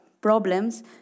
problems